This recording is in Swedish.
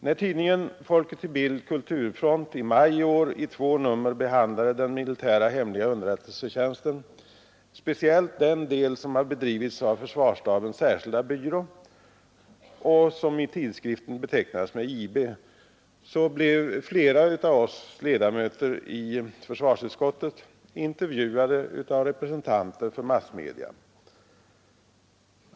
När tidningen Folket i Bild/Kulturfront i maj i år behandlade den militära hemliga underrättelsetjänsten speciellt den del som har bedrivits av försvarsstabens särskilda byrå och som i tidskriften betecknades med IB, blev flera av oss ledamöter i försvarsutskottet intervjuade av representanter för massmedia.